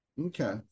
Okay